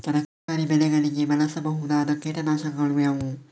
ತರಕಾರಿ ಬೆಳೆಗಳಿಗೆ ಬಳಸಬಹುದಾದ ಕೀಟನಾಶಕಗಳು ಯಾವುವು?